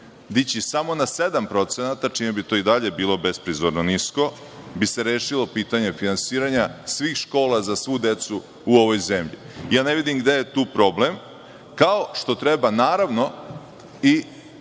Dići samo 7%, čime bi to i dalje bilo besprizorno nisko, bi se rešilo pitanje finansiranja svih škola za svu decu u ovoj zemlji. Ja ne vidim gde je tu problem, kao što treba, naravno, i